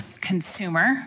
consumer